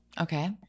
okay